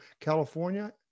California